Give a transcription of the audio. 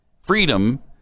freedom